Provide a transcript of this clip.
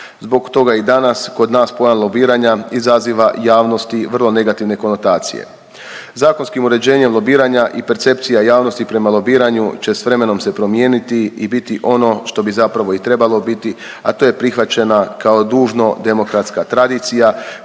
Zbog toga i danas kod nas pojam lobiranja izaziva javnosti vrlo negativne konotacije. Zakonskim uređenjem lobiranja i percepcija javnosti prema lobiranju će s vremenom se promijeniti i biti ono što bi zapravo i trebalo biti, a to je prihvaćena kao dužno demokratska tradicija